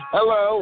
Hello